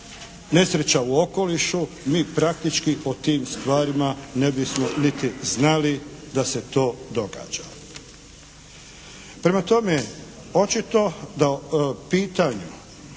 nesreća u okolišu mi praktički o tim stvarima ne bismo niti znali da se to događa. Prema tome očito da pitanje